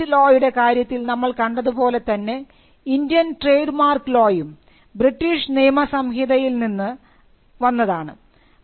patent law യുടെ കാര്യത്തിൽ നമ്മൾ കണ്ടത് പോലെ തന്നെ ഇന്ത്യൻ ട്രേഡ് മാർക്ക് ലോയും ബ്രിട്ടീഷ് നിയമ സംഹിതയിൽ നിന്നാണ്